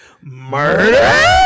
Murder